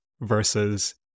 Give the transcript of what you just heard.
versus